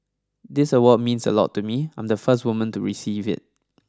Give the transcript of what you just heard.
this award means a lot to me I'm the first woman to receive it